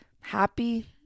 happy